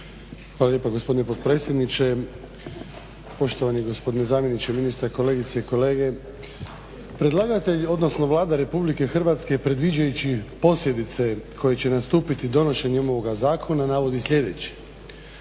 Hvala lijepo gospodine potpredsjedniče, poštovani gospodine zamjeniče ministra, kolegice i kolege. Predlagatelj, odnosno Vlada Republike Hrvatske predviđajući posljedice koje će nastupiti donošenjem ovoga zakona navodi sljedeće: